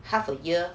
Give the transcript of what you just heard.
half a year